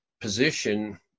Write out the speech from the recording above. position